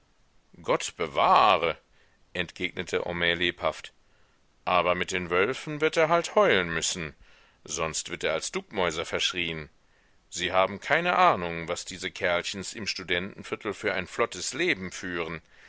gott bewahre entgegnete homais lebhaft aber mit den wölfen wird er halt heulen müssen sonst wird er als duckmäuser verschrien sie haben keine ahnung was diese kerlchens im studentenviertel für ein flottes leben führen